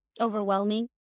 overwhelming